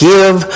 Give